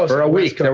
ah for a week!